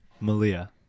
Malia